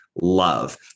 love